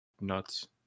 nuts